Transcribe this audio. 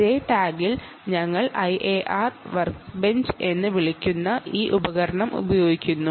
J ടാഗിൽ ഞങ്ങൾ IAR workbench എന്ന് വിളിക്കുന്ന ഈ ഉപകരണം ഉപയോഗിക്കുന്നു